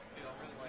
you don't really